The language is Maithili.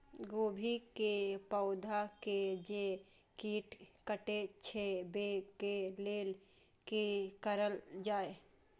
गोभी के पौधा के जे कीट कटे छे वे के लेल की करल जाय?